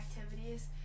activities